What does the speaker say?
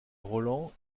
roland